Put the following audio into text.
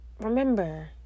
Remember